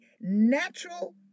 natural